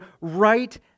right